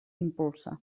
impulsa